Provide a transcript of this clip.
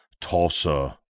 Tulsa